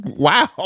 Wow